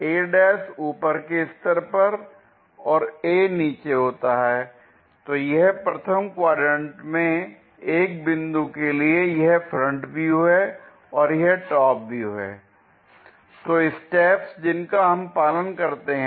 a ' ऊपर के स्तर पर और a नीचे होता है तो यह प्रथम क्वाड्रेंट में एक बिंदु के लिए यह फ्रंट व्यू है और यह टॉप व्यू है l तो स्टेप्स जिनका हम पालन करते हैं